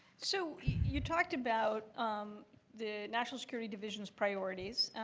so you talked about the national security division's priorities,